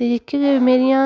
ते जेह्कियां मेरियां